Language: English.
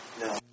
No